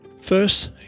First